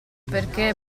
perché